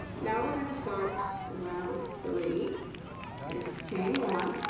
now we're going to start round three its chain one